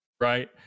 Right